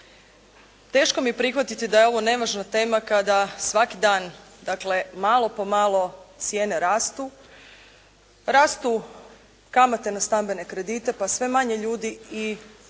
Teško mi je prihvatiti da je ovo nevažna tema kada svaki dan dakle malo po malo cijene rastu, rastu kamate na stambene kredite pa sve manje ljudi i